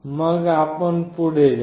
आणि मग आपण पुढे जा